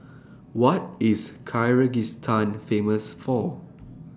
What IS Kyrgyzstan Famous For